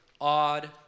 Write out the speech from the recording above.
odd